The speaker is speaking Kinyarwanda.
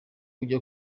yajya